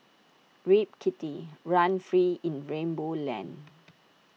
Rip Kitty run free in rainbow land